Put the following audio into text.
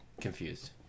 confused